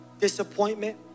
disappointment